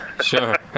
sure